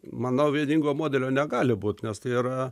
manau vieningo modelio negali būt nes tai yra